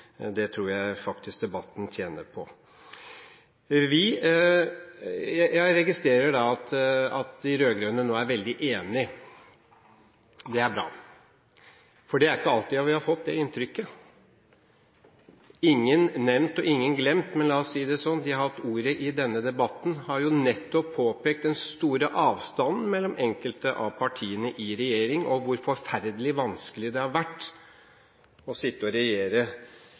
Det tror jeg faktisk debatten tjener på. Jeg registrerer at de rød-grønne nå er veldig enige. Det er bra, for det er ikke alltid vi har fått det inntrykket. Ingen nevnt og ingen glemt, men la oss si det sånn: De som har hatt ordet i denne debatten, har jo nettopp påpekt den store avstanden mellom enkelte av partiene i regjering, og hvor forferdelig vanskelig det har vært å regjere